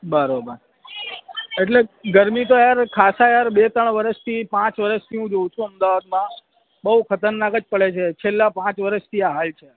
બરાબર એટલે ગરમી તો યાર ખાસાં યાર બે ત્રણ વર્ષથી પાંચ વર્ષથી હું જોઉં છું અમદાવાદમાં બહુ ખતરનાક જ પડે છે છેલ્લાં પાંચ વર્ષથી આ હાઈ છે